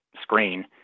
screen